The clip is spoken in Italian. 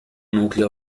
nucleo